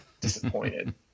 disappointed